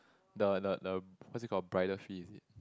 the the the what's it call bridal fee is it